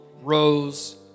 rose